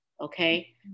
Okay